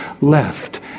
left